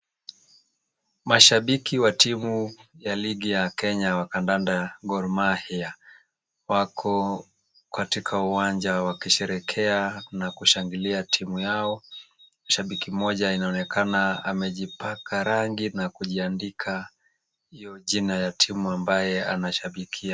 Mashabiki wa timu ya ligi ya Kenya wa Kandanda Gor Mahia wako katika uwanja wakisherehekea na kushangilia timu yao. Shabiki mmoja inaonekana amejipaka rangi na kujiandika hiyo jina la timu ambaye anashabikia.